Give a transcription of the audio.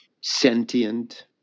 sentient